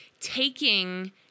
Taking